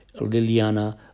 liliana